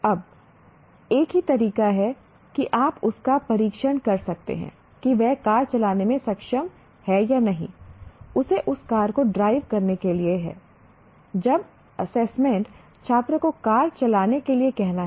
अब एक ही तरीका है कि आप उसका परीक्षण कर सकते हैं कि वह कार चलाने में सक्षम है या नहीं उसे उस कार को ड्राइव करने के लिए है जब एसेसमेंट छात्र को कार चलाने के लिए कहना है